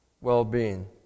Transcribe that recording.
well-being